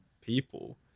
people